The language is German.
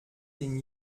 denn